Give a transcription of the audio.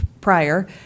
prior